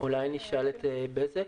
אולי נשאל את בזק.